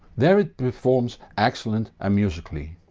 there it performs excellent and musically.